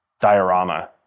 diorama